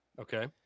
Okay